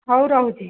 ହଉ ରହୁଛି